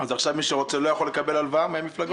עכשיו מי שרוצה לא יכול לקבל הלוואה מהמפלגות?